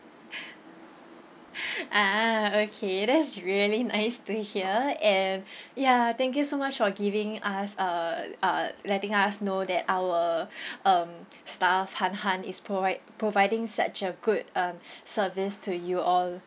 ah okay that's really nice to hear and ya thank you so much for giving us uh uh letting us know that our um staff han han is provi~ providing such a good um service to you all